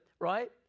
right